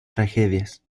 tragedias